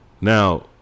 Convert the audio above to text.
Now